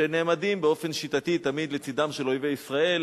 שנעמדים באופן שיטתי תמיד לצדם של אויבי ישראל,